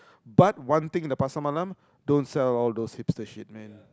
but one thing the Pasar Malam don't sell all those hipster shit man